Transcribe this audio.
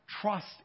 trust